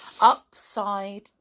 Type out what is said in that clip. upside